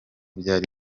byari